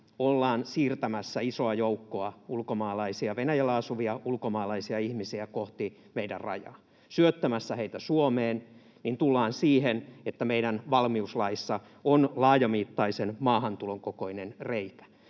ollaan siirtämässä isoa joukkoa Venäjällä asuvia ulkomaalaisia ihmisiä kohti meidän rajaa, syöttämässä heitä Suomeen, niin tullaan siihen, että meidän valmiuslaissa on laajamittaisen maahantulon kokoinen reikä.